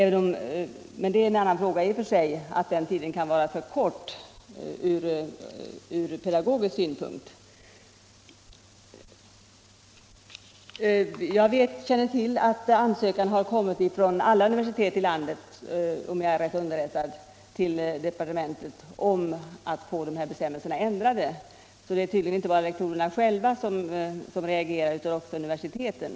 Sedan är det en helt annan fråga att den tiden kan vara för kort ur” pedagogisk synpunkt. Om jag är rätt underrättad har alla universitet i landet hemställt hos departementet att få dessa bestämmelser ändrade. Det är tydligen inte bara lektorerna själva som reagerar utan också universiteten.